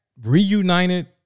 reunited